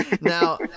Now